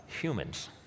Humans